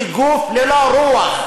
היא גוף ללא רוח.